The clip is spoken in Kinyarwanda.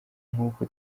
nk’uko